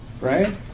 Right